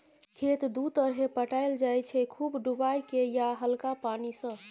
खेत दु तरहे पटाएल जाइ छै खुब डुबाए केँ या हल्का पानि सँ